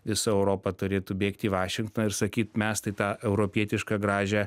visa europa turėtų bėgti į vašingtoną ir sakyt mes tai tą europietišką gražią